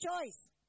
choice